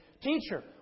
Teacher